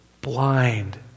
blind